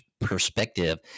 perspective